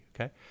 okay